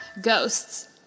Ghosts